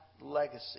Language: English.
legacy